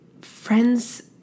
friends